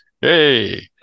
Hey